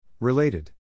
Related